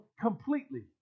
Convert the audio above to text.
completely